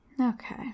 Okay